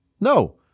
No